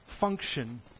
function